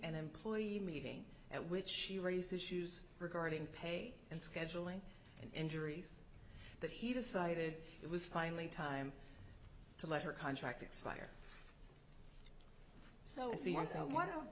an employee meeting at which she raised issues regarding pay and scheduling injuries that he decided it was finally time to let her contract expire so i see